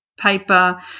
paper